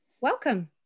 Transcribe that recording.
Welcome